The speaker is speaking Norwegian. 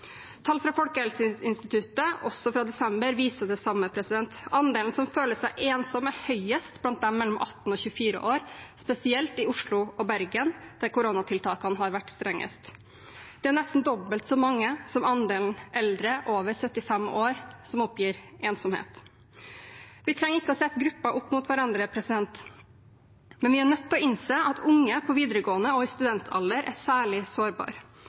Tall fra Folkehelseinstituttet, også fra desember, viser det samme. Andelen som føler seg ensomme, er høyest blant dem mellom 18 og 24 år, spesielt i Oslo og Bergen, der koronatiltakene har vært strengest. Det er nesten dobbelt så mange som andelen eldre over 75 år som oppgir ensomhet. Vi trenger ikke å sette grupper opp mot hverandre, men vi er nødt til å innse at unge på videregående og i studentalder er særlig